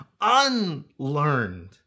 unlearned